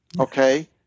Okay